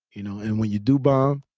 you know and when you do bomb,